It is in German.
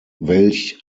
welch